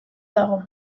dago